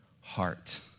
heart